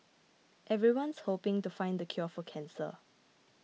everyone's hoping to find the cure for cancer